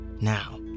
Now